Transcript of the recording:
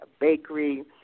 bakery